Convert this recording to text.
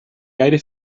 gaire